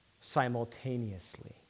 simultaneously